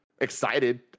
excited